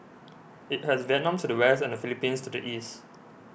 it has Vietnam to the west and the Philippines to the east